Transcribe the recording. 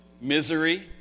Misery